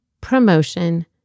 promotion